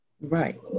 right